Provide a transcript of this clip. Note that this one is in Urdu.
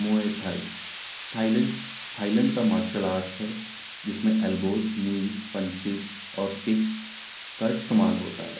موئے تھھائی تھائیلینڈ تھائیلینڈ کا مارشل آرٹس ہے جس میں ایلبوز نیز پنچیز اور ککس کا استعمال ہوتا ہے